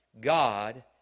God